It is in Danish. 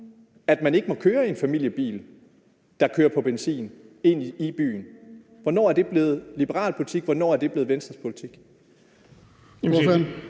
at man ikke må køre ind i byen i en familiebil, der kører på benzin? Hvornår er det blevet liberal politik? Hvornår er det blevet Venstres politik?